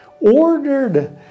ordered